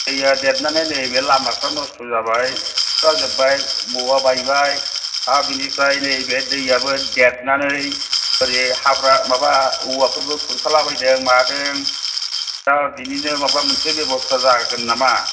दैया देरनानै नैबे लामाफोरा नस्थ' जाबाय सुस्रा जोब्बाय बबेबा बायबाय आरो बिनिफ्राय नैबे दैआबो देरनानै ओरै हाग्रा माबा औवाफोरबो खुरखालाबायदों मादों दा बेनिनो माबा मोनसे बेब'स्था जागोन नामा